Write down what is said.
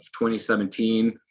2017